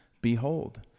behold